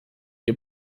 ihr